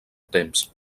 temps